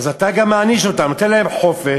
אז אתה גם מעניש אותם, נותן להם חופש.